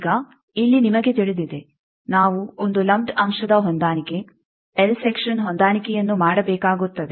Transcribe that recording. ಈಗ ಇಲ್ಲಿ ನಿಮಗೆ ತಿಳಿದಿದೆ ನಾವು ಒಂದು ಲಂಪ್ಡ್ ಅಂಶದ ಹೊಂದಾಣಿಕೆ ಎಲ್ ಸೆಕ್ಷನ್ ಹೊಂದಾಣಿಕೆಯನ್ನು ಮಾಡಬೇಕಾಗುತ್ತದೆ